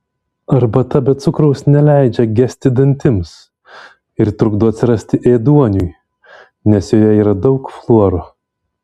arbata be cukraus neleidžia gesti dantims ir trukdo atsirasti ėduoniui nes joje yra daug fluoro